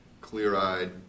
clear-eyed